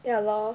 ya lor